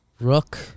Rook